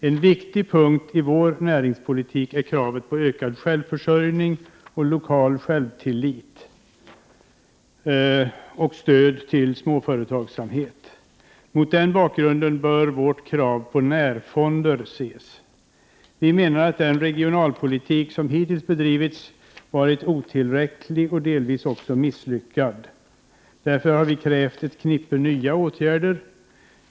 En viktig punkt i vår näringspolitik är kravet på ökad självförsörjning och lokal självtillit och stöd till lokal småföretagsamhet. Mot den bakgrunden bör vårt krav på närfonder ses. Vi menar att den regionalpolitik som hittills bedrivits varit otillräcklig och delvis misslyckad. Därför har vi krävt ett knippe nya åtgärder.